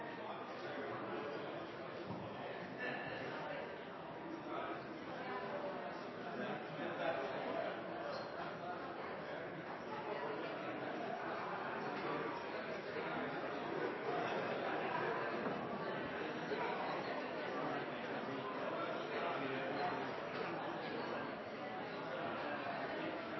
har me